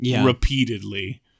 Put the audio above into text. repeatedly